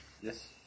Yes